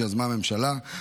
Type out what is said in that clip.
שיזמה הממשלה,